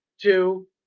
two